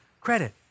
credit